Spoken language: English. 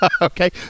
okay